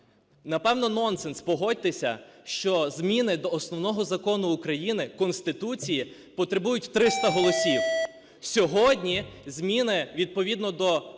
Напевно, нонсенс, погодьтеся, що зміни до Основного Закону України – Конституції – потребують 300 голосів. Сьогодні зміни, відповідно до